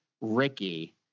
Ricky